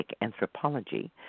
anthropology